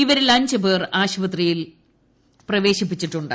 ഇവരിൽ അഞ്ച് പേരെ ആശുപത്രിയിൽ പ്രവേശിപ്പിച്ചിട്ടുണ്ട്